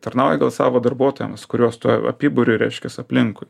tarnauji gal savo darbuotojams kuriuos tuo apiburi reiškias aplinkui